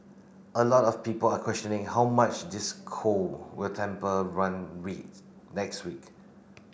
a lot of people are questioning how much this cold will temper run rates next week